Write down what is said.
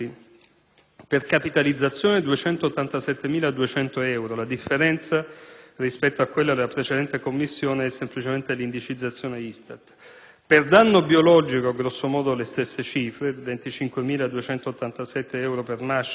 per capitalizzazione 287.200 euro (la differenza rispetto a quella della precedente commissione è semplicemente l'indicizzazione ISTAT); per danno biologico grosso modo le stesse cifre (25.287 euro per Masciari